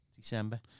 December